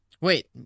Wait